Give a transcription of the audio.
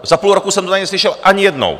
Za půl roku jsem to tady neslyšel ani jednou.